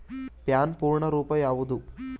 PAN ಪೂರ್ಣ ರೂಪ ಯಾವುದು?